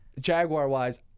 Jaguar-wise